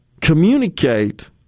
communicate